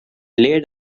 laid